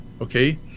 okay